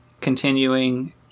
continuing